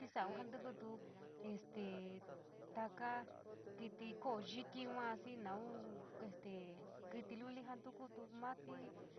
tisaa’un joantukutú, este takoo kiti jao’tú jao moa xii noon este kiti luli jaa ntukoti mati,